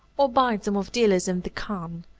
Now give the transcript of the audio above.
or buy them of dealers in the khan.